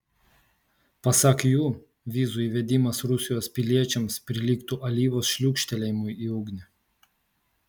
pasak jų vizų įvedimas rusijos piliečiams prilygtų alyvos šliūkštelėjimui į ugnį